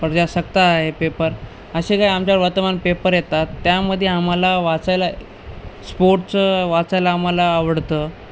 प्रजासत्ता आहे पेपर असे काही आमच्या वर्तमान पेपर येतात त्यामध्ये आम्हाला वाचायला स्पोर्टचं वाचायला आम्हाला आवडतं